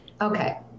Okay